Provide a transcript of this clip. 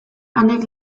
anek